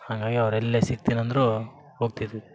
ಹಂಗಾಗಿ ಅವ್ರು ಎಲ್ಲೇ ಸಿಕ್ತನಿ ಅಂದರು ಹೋಗ್ತಿದ್ವಿ